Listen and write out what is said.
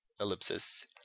ellipsis